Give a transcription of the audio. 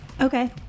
Okay